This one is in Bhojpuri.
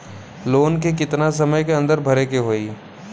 लोन के कितना समय के अंदर भरे के होई?